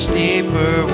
deeper